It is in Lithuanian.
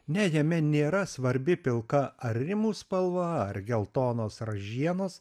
ne jame nėra svarbi pilka arimų spalva ar geltonos ražienos